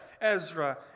Ezra